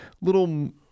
little